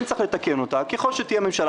כן צריך לתקן אותה ככל שתהיה ממשלה.